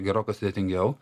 gerokai sudėtingiau